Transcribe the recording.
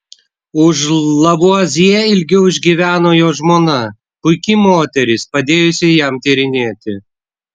už lavuazjė ilgiau išgyveno jo žmona puiki moteris padėjusi jam tyrinėti